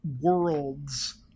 worlds